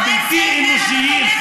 הבלתי-אנושיים,